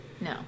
No